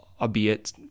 albeit